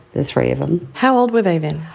the three of them. how old were they then?